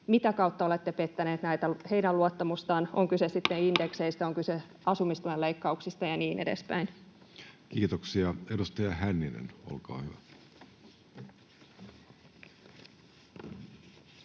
mitä kautta olette pettäneet heidän luottamustaan, on kyse sitten indekseistä tai on kyse asumistuen leikkauksista ja niin edespäin. Kiitoksia. — Edustaja Hänninen, olkaa hyvä.